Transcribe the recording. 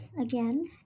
again